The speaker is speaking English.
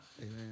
Amen